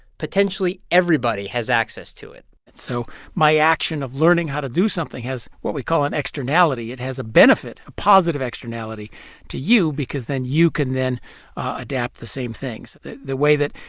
potentially everybody has access to it so my action of learning how to do something has what we call an externality it has a benefit, a positive externality to you because then you can then adapt the same things. the way that,